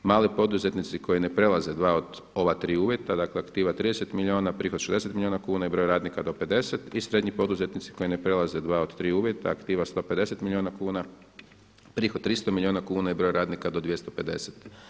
Mali poduzetnici koji ne prelaze dva od ova tri uvjeta, dakle aktiva 30 milijuna, prihod 60 milijuna kuna i broj radnika do 50 i srednji poduzetnici koji ne prelaze dva od tri uvjeta, aktiva 150 milijuna kuna, prihod 300 milijuna kuna i broj radnika do 250.